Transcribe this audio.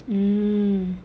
mm